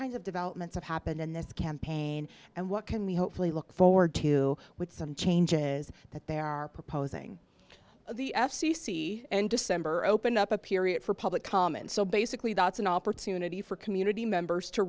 kinds of developments have happened in this campaign and what can we hopefully look forward to with some changes that there are proposing the f c c and december open up a period for public comment so basically that's an opportunity for community members to